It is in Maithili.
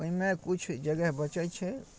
ओहिमे किछु जगह बचै छै